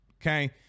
okay